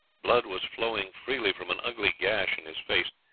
blood was flowing freely from an ugly gash in his face,